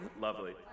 lovely